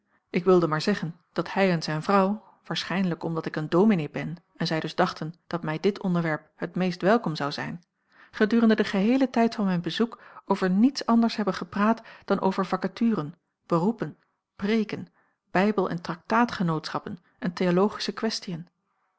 ik wilde maar zeggen dat hij en zijn vrouw waarschijnlijk omdat ik een dominee ben en zij dus dachten dat mij dit onderwerp het meest welkom zou zijn gedurende den geheelen tijd van mijn bezoek over niets anders hebben gepraat dan over vakaturen beroepen preêken bijbel en traktaatgenootschappen en theologische questiën